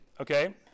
okay